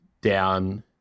down